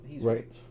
right